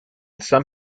some